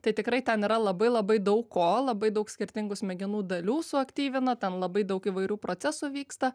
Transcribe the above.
tai tikrai ten yra labai labai daug ko labai daug skirtingų smegenų dalių suaktyvina ten labai daug įvairių procesų vyksta